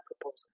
proposal